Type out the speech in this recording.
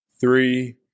three